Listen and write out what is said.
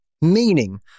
meaning